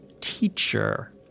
teacher